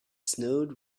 snowed